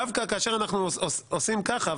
דווקא כאשר אנחנו עושים ככה,